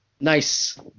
Nice